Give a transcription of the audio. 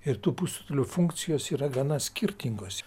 ir tų pusrutulių funkcijos yra gana skirtingos